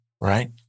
Right